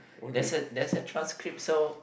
there's a there's a transcript so